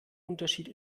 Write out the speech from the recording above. unterschied